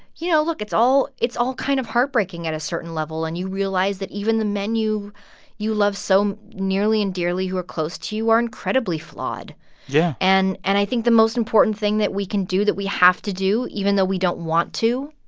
you know, look it's all it's all kind of heartbreaking at a certain level. and you realize that even the men you you love so nearly and dearly who are close to you are incredibly flawed yeah and and i think the most important thing that we can do that we have to do even though we don't want to,